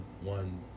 one